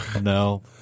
no